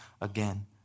again